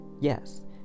yes